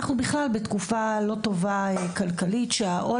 ואנחנו בכלל בתקופה לא טובה כלכלית והעול